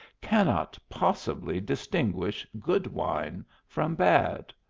cannot possibly distinguish good wine from bad.